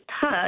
touch